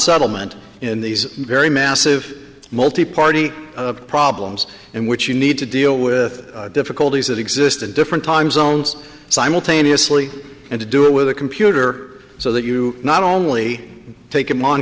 settlement in these very massive multi party problems in which you need to deal with difficulties that exist in different time zones simultaneously and to do it with a computer so that you not only take them on